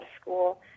school